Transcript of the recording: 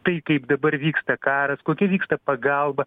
tai kaip dabar vyksta karas kokia vyksta pagalba